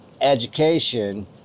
education